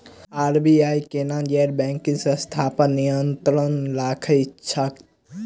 RBI केना गैर banking संस्था पर नियत्रंण राखैत छैक?